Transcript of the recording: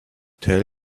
tell